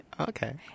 okay